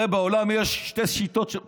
הרי בעולם יש שתי שיטות של בחירות: